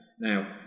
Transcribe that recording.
Now